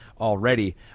already